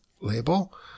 label